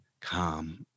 calm